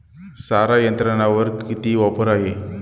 सारा यंत्रावर किती ऑफर आहे?